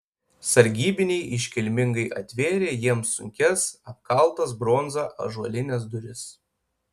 sargybiniai iškilmingai atvėrė jiems sunkias apkaltas bronza ąžuolines duris